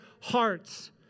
hearts